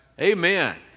Amen